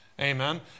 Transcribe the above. Amen